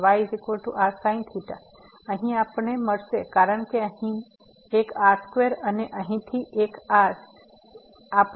તેથી અહીં આપણે મળશે કારણ કે અહીંથી એક r2 અને અહીંથી એક r